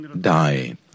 die